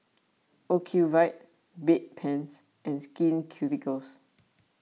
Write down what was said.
Ocuvite Bedpans and Skin Ceuticals